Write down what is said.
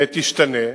אם תרבות הנהיגה תשתנה,